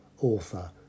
author